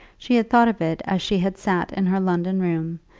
she had thought of it as she had sat in her london room,